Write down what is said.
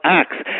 acts